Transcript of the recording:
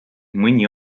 mõni